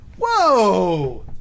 whoa